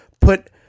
put